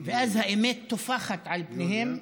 ואז האמת טופחת על פניהם,